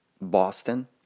Boston